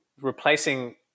replacing